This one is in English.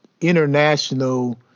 international